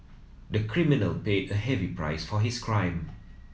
the criminal paid a heavy price for his crime